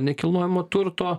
nekilnojamo turto